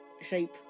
shape